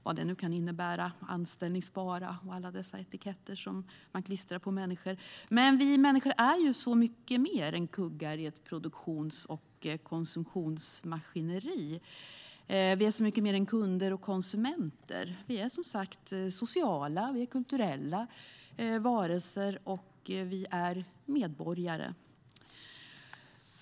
Vad innebär alla etiketter som man klistrar på människor, till exempel om man är anställbar eller inte? Vi människor är mycket mer än kuggar i ett produktions och konsumtionsmaskineri. Vi är mycket mer än kunder och konsumenter. Vi är som sagt sociala, vi är kulturella varelser och vi är medborgare.